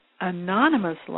anonymously